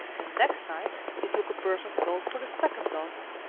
the next night he took a purse of gold for the second daughter,